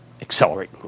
accelerate